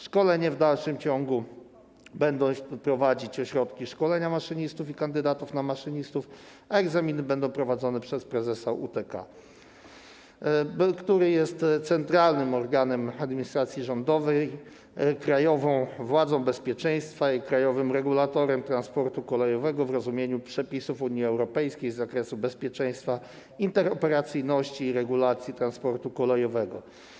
Szkolenia w dalszym ciągu będą prowadzić ośrodki szkolenia maszynistów i kandydatów na maszynistów, a egzaminy będą prowadzone przez prezesa UTK, który jest centralnym organem administracji rządowej, krajową władzą bezpieczeństwa i krajowym regulatorem transportu kolejowego w rozumieniu przepisów Unii Europejskiej z zakresu bezpieczeństwa, interoperacyjności i regulacji transportu kolejowego.